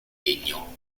legno